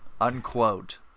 unquote